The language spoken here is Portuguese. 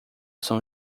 são